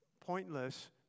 pointless